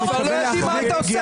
--- אנחנו כבר לא יודעים מה אתה עושה.